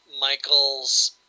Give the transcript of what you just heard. Michael's